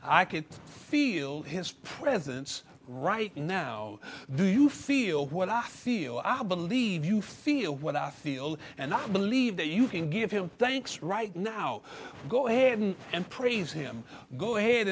can feel his presence right now do you feel what i feel i believe you feel what i feel and i believe that you can give him thanks right now go ahead and praise him go ahead